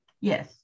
Yes